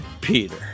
Peter